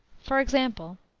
for example,